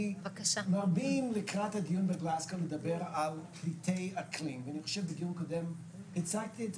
כי מרבים לקראת הדיון בגלזגו ואני חושב בדיון הקודם הצעתי את